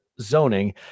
zoning